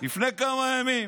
לפני כמה ימים